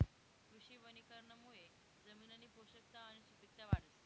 कृषी वनीकरणमुये जमिननी पोषकता आणि सुपिकता वाढस